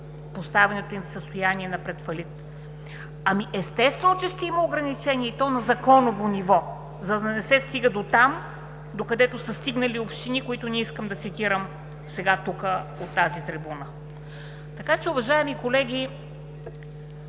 поставеното им състояние на предфалит. Естествено, че ще има ограничение, и то на законово ниво, за да не се стига дотам, докъдето са стигнали общини, които не искам да цитирам сега, тук от тази трибуна. Уважаеми колеги,